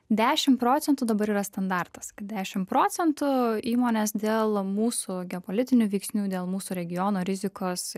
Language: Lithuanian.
dešimt procentų dabar yra standartas dešimt procentų įmonės dėl mūsų geopolitinių veiksnių dėl mūsų regiono rizikos